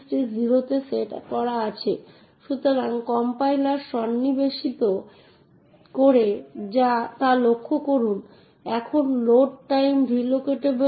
উদাহরণস্বরূপ আপনি X এর একটি নির্দিষ্ট ঘরে X OJ এর A তে একটি ডান R লিখতে পারেন উদাহরণস্বরূপ আমি একটি নির্দিষ্ট ঘরে পড়ার অধিকার লিখতে পারি যেমন এটি একইভাবে আপনি একটি নির্দিষ্ট ঘর থেকে একটি অধিকার মুছে ফেলতে পারেন